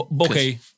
Okay